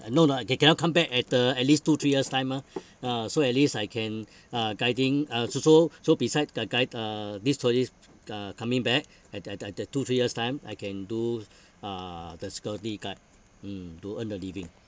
uh no no uh they cannot come back at uh at least two three years time mah ah so at least I can uh guiding uh so so so beside the guide uh these tourists uh coming back at the the the the two three years time I can do uh the security guard mm to earn a living